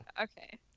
Okay